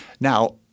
Now